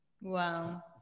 Wow